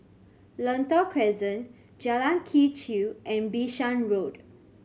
Lentor Crescent Jalan Quee Chew and Bishan Road